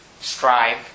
strive